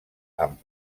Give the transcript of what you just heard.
amb